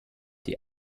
die